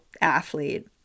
athlete